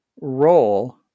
role